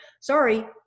sorry